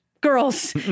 girls